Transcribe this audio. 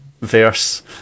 verse